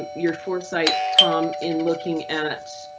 um your foresight, tom. in looking at